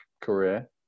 career